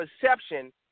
perception